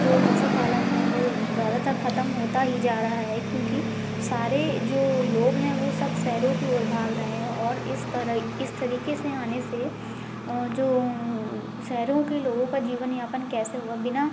जो पशुपालन है वो ज़्यादातर खत्म होता ही जा रहा है क्योंकि सारे जो लोग हैं वो सब शहरो की ओर भाग रहें हैं और इस तरह इस तरीके से आने से जो शहरों के लोगों का जीवन यापन कैसे होगा बिना